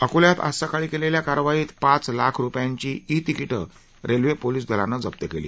अकोल्यात आज सकाळी केलेल्या कारवाईत पाच लाख रुपयांची इ तिकिटं रेल्वे पोलीस दलानं जप्त केली